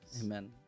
Amen